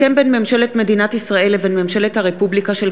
הסכם בין ממשלת מדינת ישראל לבין ממשלת הרפובליקה של